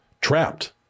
Trapped